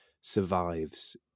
survives